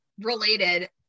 related